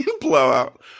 blowout